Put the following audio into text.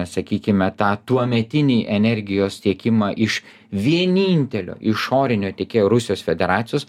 sakykime tą tuometinį energijos tiekimą iš vienintelio išorinio tiekėjo rusijos federacijos